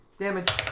Damage